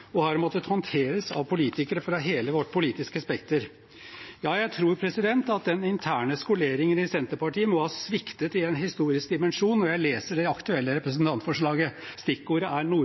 og har måttet håndteres av politikere fra hele vårt politiske spekter. Ja, jeg tror at den interne skoleringen i Senterpartiet må ha sviktet i en historisk dimensjon, når jeg leser det aktuelle representantforslaget. Stikkordet er